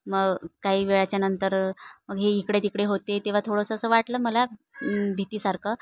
मग काही वेळाच्या नंतर मग हे इकडे तिकडे होते तेव्हा थोडंसं असं वाटलं मला भीतीसारखं